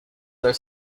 their